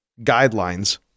guidelines